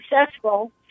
successful